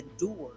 endured